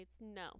no